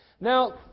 Now